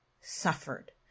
suffered